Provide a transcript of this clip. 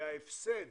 וההפסד